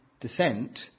descent